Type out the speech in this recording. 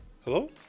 Hello